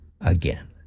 again